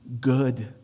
good